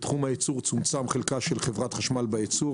בתחום הייצור צומצם חלקה של חברת החשמל בייצור,